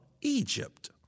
Egypt